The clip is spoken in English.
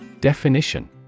Definition